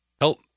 help